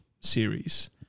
series